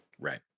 right